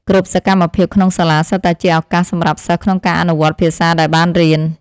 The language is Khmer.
គ្រប់សកម្មភាពក្នុងសាលាសុទ្ធតែជាឱកាសសម្រាប់សិស្សក្នុងការអនុវត្តភាសាដែលបានរៀន។